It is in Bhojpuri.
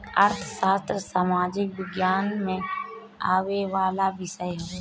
अर्थशास्त्र सामाजिक विज्ञान में आवेवाला विषय हवे